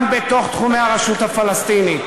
גם בתוך תחומי הרשות הפלסטינית.